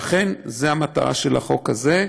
אכן, זאת המטרה של החוק הזה,